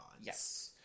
Yes